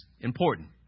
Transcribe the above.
important